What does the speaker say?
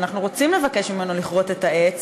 ואנחנו רוצים לבקש ממנו לכרות את העץ,